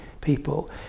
people